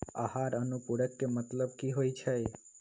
आहार अनुपूरक के मतलब की होइ छई?